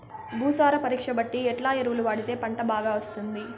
భూసార పరీక్ష బట్టి ఎట్లా ఎరువులు వాడితే పంట బాగా వస్తుంది?